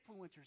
influencers